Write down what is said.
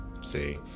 See